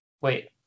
wait